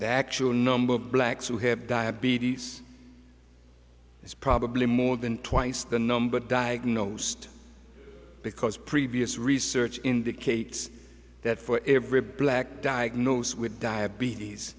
the actual number of blacks who have diabetes is probably more than twice the number diagnosed because previous research indicates that for every black diagnosed with diabetes